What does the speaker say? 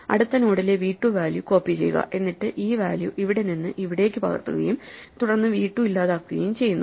അടുത്ത നോഡിലെ v 2 value copy ചെയ്യുക എന്നിട്ടു ഈ വാല്യൂ ഇവിടെ നിന്ന് ഇവിടേക്ക് പകർത്തുകയും തുടർന്ന് v 2 ഇല്ലാതാക്കുകയും ചെയ്യുന്നു